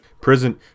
prison